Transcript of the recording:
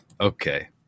Okay